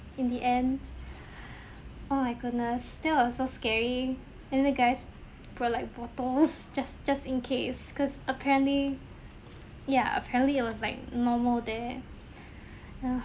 in the end oh my goodness that was so scary and the guys brought like booze just just in case cause apparently yeah apparently it was like normal there